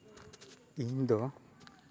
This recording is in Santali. ᱤᱧ ᱫᱚ